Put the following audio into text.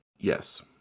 Yes